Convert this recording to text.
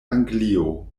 anglio